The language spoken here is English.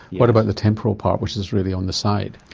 what about the temporal part which is really on the side?